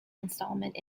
installment